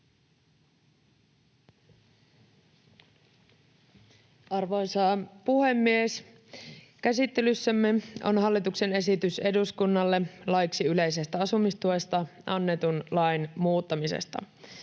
Arvoisa puhemies! Käsittelyssämme on hallituksen esitys eduskunnalle laiksi yleisestä asumistuesta annetun lain muuttamisesta.